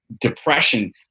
depression